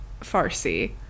farsi